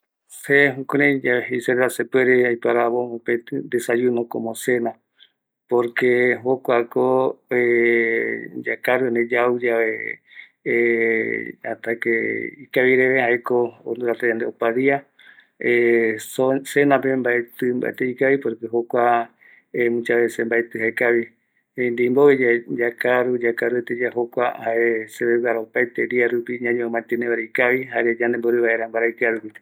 Se Ma ko jukurai yave aioravo ndeimbove yave, desyuno como cena, por quee jokuako yakaru ani yauyave hasta que ikavireve, jaeko jokua dia senape mbaertï mbate ikavi, por que jokua muchas veces mbaetï jaekavi, ndeimbvove yave yakaru, yakaruete yae jokua, seveguara opaete dia rupi ñañemo mantiene vaera ikavi, jare yande mborï vaera mbaravikiarupi.